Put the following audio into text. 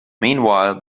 meanwhile